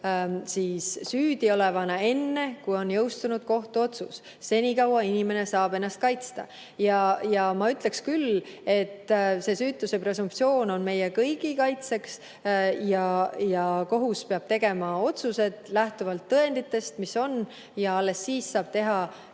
süüdiolevana enne, kui on jõustunud kohtuotsus. Senikaua inimene saab ennast kaitsta. Ja ma ütleksin küll, et süütuse presumptsioon on meie kõigi kaitseks ja kohus peab tegema otsused lähtuvalt tõenditest, ja alles siis saab teha